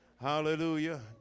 Hallelujah